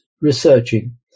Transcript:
researching